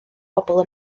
pobl